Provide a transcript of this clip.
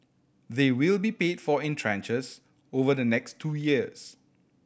they will be paid for in tranches over the next two years